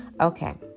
Okay